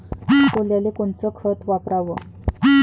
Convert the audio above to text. सोल्याले कोनचं खत वापराव?